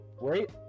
wait